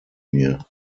mir